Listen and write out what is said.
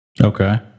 Okay